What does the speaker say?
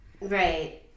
Right